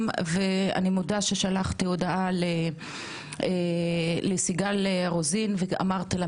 ואני מודה ששלחתי הודעה לסיגל רוזן ואמרתי לה,